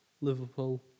Liverpool